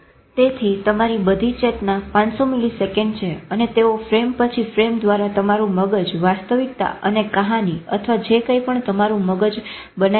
તેથી તમારી બધી ચેતના 500 મીલીસેકંડ છે અને તેઓ ફ્રેમ પછી ફ્રેમ દ્વારા તમારું મગજ વાસ્તવિકતા અને કહાની અથવા જે કંઈપણ તમારું મગજ બનાયવે રાખે છે